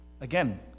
Again